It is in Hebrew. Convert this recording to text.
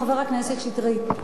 חבר הכנסת שטרית,